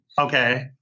Okay